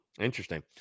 interesting